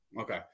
Okay